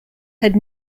had